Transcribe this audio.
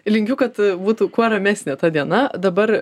linkiu kad būtų kuo ramesnė ta diena dabar